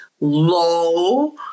low